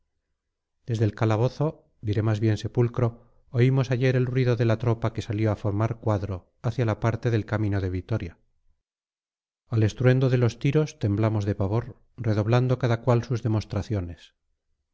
cafres desde el calabozo diré más bien sepulcro oímos ayer el ruido de la tropa que salió a formar cuadro hacia la parte del camino de vitoria al estruendo de los tiros temblamos de pavor redoblando cada cual sus demostraciones